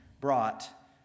brought